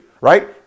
right